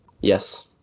Yes